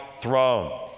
throne